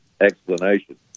explanation